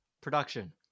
Production